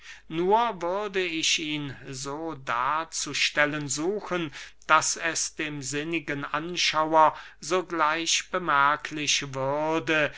nur würde ich ihn so darzustellen suchen daß es dem sinnigen anschauer sogleich bemerklich würde